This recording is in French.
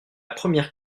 première